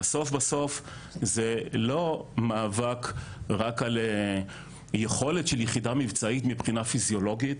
בסוף בסוף זה לא מאבק רק על יכולת של יחידה מבצעית מבחינה פיזיולוגית,